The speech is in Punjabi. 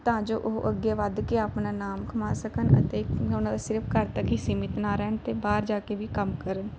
ਤਾਂ ਜੋ ਉਹ ਅੱਗੇ ਵੱਧ ਕੇ ਆਪਣਾ ਨਾਮ ਕਮਾ ਸਕਣ ਅਤੇ ਕਿਉਂਕਿ ਉਹਨਾਂ ਦਾ ਸਿਰਫ ਘਰ ਤੱਕ ਹੀ ਸੀਮਿਤ ਨਾ ਰਹਿਣ ਅਤੇ ਬਾਹਰ ਜਾ ਕੇ ਵੀ ਕੰਮ ਕਰਨ